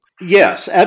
Yes